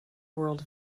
world